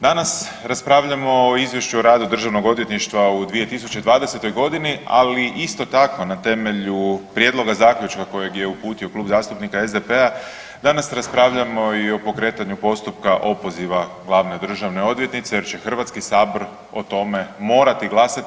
Danas raspravljamo o Izvješću o radu Državnog odvjetništva u 2020.godini, ali isto tako na temelju Prijedloga zaključka kojeg je uputio Klub zastupnika SDP-a danas raspravljamo i o pokretanju postupka opoziva Glavne državne odvjetnice, jer će Hrvatski sabor o tome morati glasati.